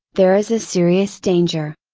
there is a serious danger.